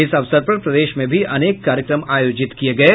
इस अवसर पर प्रदेश में भी अनेक कार्यक्रम आयोजित किये गये